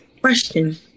question